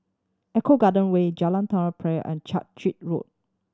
Eco Garden Way Jalan Tari Piring and Road